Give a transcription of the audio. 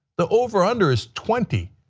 the over under his twenty.